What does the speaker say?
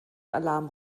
alarm